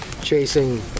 chasing